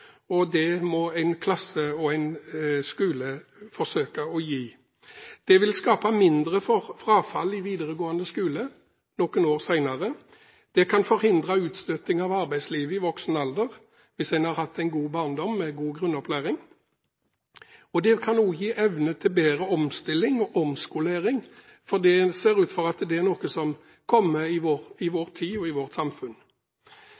og det må en klasse og en skole forsøke å gi. Det vil skape mindre frafall i videregående skole noen år senere. Det kan forhindre utstøting av arbeidslivet i voksen alder hvis en har hatt en god barndom med god grunnopplæring, og det kan også gi evne til bedre omstilling og omskolering, for det ser ut til at det er noe som kommer i vår tid og i